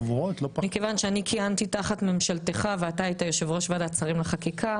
מכיוון שאני כיהנתי תחת ממשלתך ואתה היית יושב-ראש ועדת שרים לחקיקה: